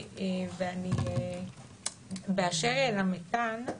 באשר למתאן,